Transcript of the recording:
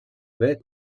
bet